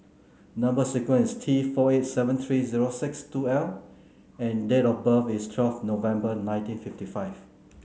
number sequence is T four eight seven three zero six two L and date of birth is twelve November nineteen fifty five